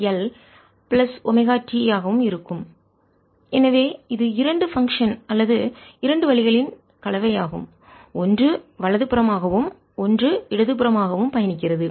A2i ei πxLωt A2i ei πxLωt எனவே இது இரண்டு பங்க்ஷன் செயல்பாடுகள் அல்லது இரண்டு வழிகளின் கலவையாகும் ஒன்று வலது புறமாகவும் ஒன்று இடது புறமாகவும் பயணிக்கிறது